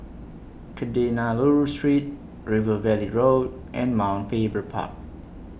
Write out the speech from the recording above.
Kadayanallur Street River Valley Road and Mount Faber Park